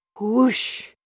whoosh